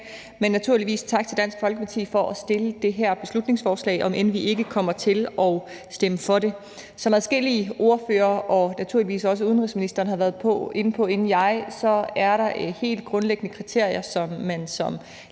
Men naturligvis tak til Dansk Folkeparti for at have fremsat det her beslutningsforslag, om end vi ikke kommer til at stemme for det. Som adskillige ordførere og naturligvis også udenrigsministeren har været inde på inden mig, er der helt grundlæggende kriterier, man som